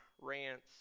rants